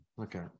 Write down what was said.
okay